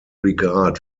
regard